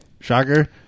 shocker